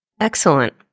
Excellent